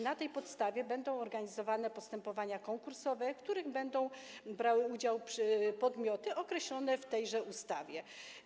Na tej podstawie będą organizowane postępowania konkursowe, w których będą brały udział podmioty określone w tejże ustawie.